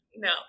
no